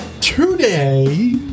Today